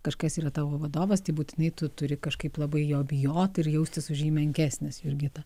kažkas yra tavo vadovas tai būtinai tu turi kažkaip labai jo bijot ir jaustis už jį menkesnis jurgita